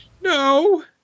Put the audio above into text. No